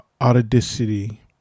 Audacity